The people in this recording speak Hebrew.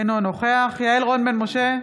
אינו נוכח יעל רון בן משה,